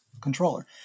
controller